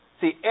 See